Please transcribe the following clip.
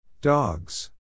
Dogs